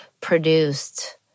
produced